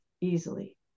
easily